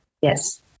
yes